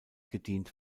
gedient